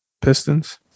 Pistons